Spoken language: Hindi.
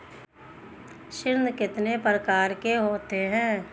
ऋण कितने प्रकार के होते हैं?